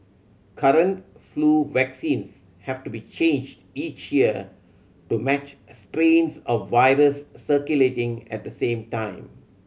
current flu vaccines have to be changed each year to match strains of virus circulating at the same time